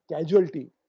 casualty